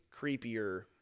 creepier